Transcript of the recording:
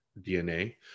DNA